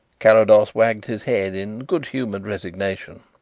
carrados wagged his head in good-humoured resignation.